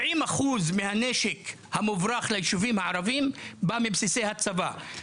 70% מהנשק המוברח לישובים הערבים בא מבסיסי הצבא.